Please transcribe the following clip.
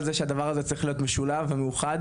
זה שהדבר הזה צריך להיות משולב ומאוחד.